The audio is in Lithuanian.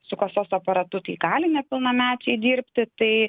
su kasos aparatu tai gali nepilnamečiai dirbti tai